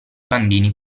bambini